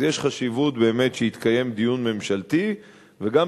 יש חשיבות באמת שיתקיים דיון ממשלתי וגם